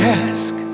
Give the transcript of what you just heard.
ask